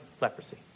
leprosy